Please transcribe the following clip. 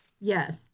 Yes